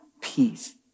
peace